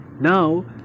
now